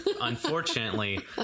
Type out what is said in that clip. Unfortunately